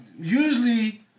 usually